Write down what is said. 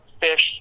fish